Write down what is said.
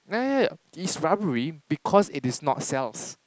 ya ya ya it's rubbery because it is not cells